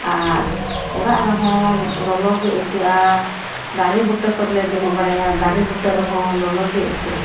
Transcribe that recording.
ᱟᱨ ᱚᱲᱟᱜ ᱨᱮᱦᱚᱸ ᱞᱚᱞᱚᱜᱮ ᱟᱹᱭᱠᱟᱹᱜᱼᱟ ᱫᱟᱨᱮ ᱵᱩᱴᱟᱹ ᱠᱚᱨᱮᱞᱮ ᱫᱩᱲᱩᱵ ᱵᱟᱲᱟᱭᱟ ᱫᱟᱨᱮ ᱵᱩᱴᱟᱹ ᱨᱮᱦᱚᱸ ᱞᱚᱞᱚᱜᱮ ᱟᱹᱭᱠᱟᱹᱜᱼᱟ